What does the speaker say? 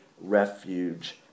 refuge